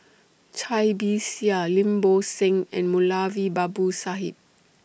Cai Bixia Lim Bo Seng and Moulavi Babu Sahib